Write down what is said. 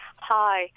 Hi